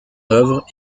œuvre